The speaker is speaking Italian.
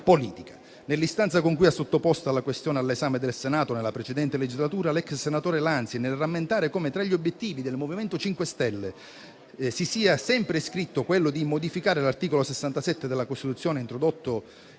politica. Nell'istanza con cui ha sottoposto la questione all'esame del Senato nella precedente legislatura, l'ex senatore Lanzi, nel rammentare come tra gli obiettivi del MoVimento 5 Stelle si sia sempre inscritto quello di modificare l'articolo 67 della Costituzione, introducendo